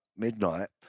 Midnight